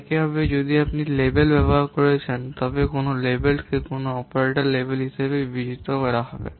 একইভাবে আপনি যদি লেবেল ব্যবহার করছেন তবে কোনও লেবেলকে কোনও অপারেটর লেবেল হিসাবে বিবেচিত হবে